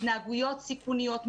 התנהגויות סיכוניות,